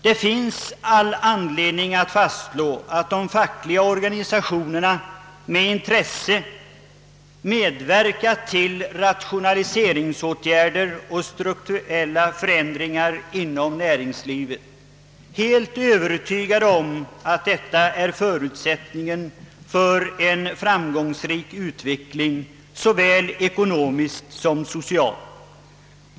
Det finns all anledning att fastslå att de fackliga organisationerna med intresse har medverkat till rationaliseringsåtgärder och strukturella förändringar inom näringslivet, helt övertygade om att detta är förutsättningen för en framgångsrik utveckling såväl ekonomiskt som socialt.